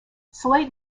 slate